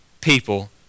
people